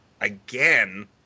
again